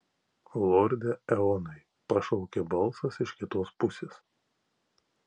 lorde eonai pašaukė balsas iš kitos pusės